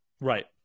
Right